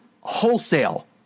wholesale